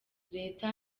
reta